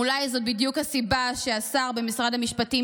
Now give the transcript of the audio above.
ואולי זו בדיוק הסיבה שהשר במשרד המשפטים,